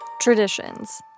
traditions